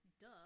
duh